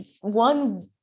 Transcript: one